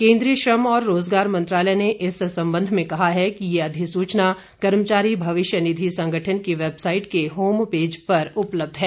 केन्द्रीय श्रम और रोजगार मंत्रालय ने इस संबंध में कहा है कि यह अधिसूचना कर्मचारी भविष्य निधि संगठन की वेबसाइट के होम पेज पर उपलब्ध है